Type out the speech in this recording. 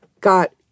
got